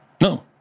No